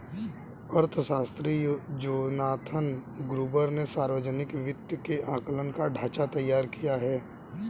अर्थशास्त्री Jonathan Gruber ने सावर्जनिक वित्त के आंकलन का ढाँचा तैयार किया है